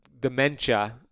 dementia